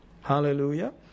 Hallelujah